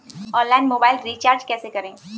Online mobile recharge कैसे करें?